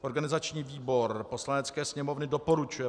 Organizační výbor Poslanecké sněmovny doporučuje